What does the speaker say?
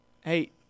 hey